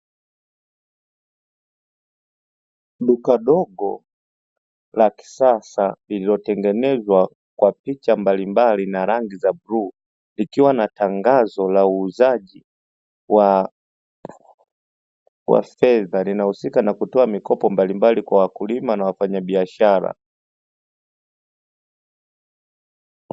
Duka dogo la kisasa, lililotengenezwa kwa picha mbalimbali na rangi ya bluu, likiwa na tangazo la uuzaji wa fedha linahusika na kutoa mikopo kwa wakulima na wafanya biashara.